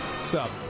Sup